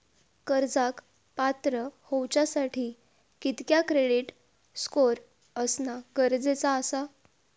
कर्जाक पात्र होवच्यासाठी कितक्या क्रेडिट स्कोअर असणा गरजेचा आसा?